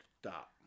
Stop